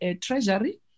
Treasury